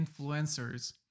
influencers